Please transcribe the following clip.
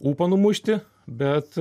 ūpo numušti bet